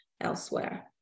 elsewhere